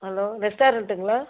hello ரெஸ்டாரண்ட்டுங்களா